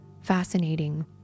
fascinating